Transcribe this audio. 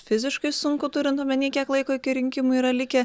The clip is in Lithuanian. fiziškai sunku turint omeny kiek laiko iki rinkimų yra likę